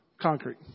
concrete